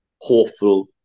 hopeful